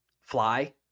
fly